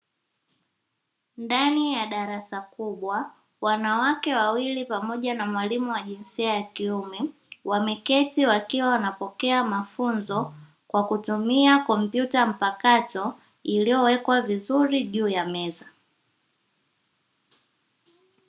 Ndani yadarasa kubwa; wanawake wawili pamoja na mwalimu wa jinsia ya kiume, wameketi wakiwa wanapokea mafunzo kwa kutumia kompyuta mpakato, iliyowekwa vizuri juu ya meza.